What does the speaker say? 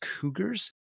cougars